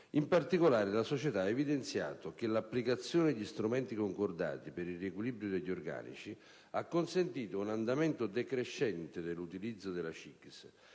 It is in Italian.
In particolare, la società ha evidenziato che l'applicazione degli strumenti concordati per il riequilibrio degli organici ha consentito un andamento decrescente dell'utilizzo della CIGS;